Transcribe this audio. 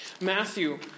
Matthew